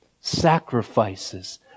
sacrifices